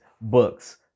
books